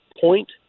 point